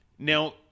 Now